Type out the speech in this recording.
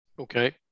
Okay